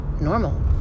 normal